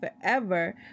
forever